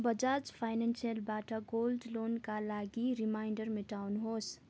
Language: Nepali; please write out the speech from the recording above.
बजाज फाइनेन्सेलबाट गोल्ड लोनका लागि रिमाइन्डर मेटाउनुहोस्